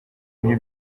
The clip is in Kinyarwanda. bye